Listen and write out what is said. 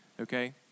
okay